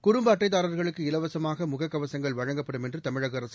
குடும்ப அட்டைதாரா்களுக்கு இலவசமாக முகக்கவசங்கள் வழங்கப்படும் என்று தமிழக அரசு